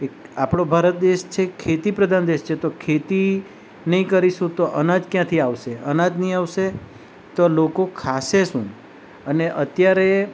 આપણો ભારત દેશ છે એ ખેતીપ્રધાન દેશ છે તો ખેતી નહીં કરીશું તો અનાજ ક્યાંથી આવશે અનાજ નહીં આવશે તો લોકો ખાશે શું અને અત્યારે